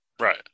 Right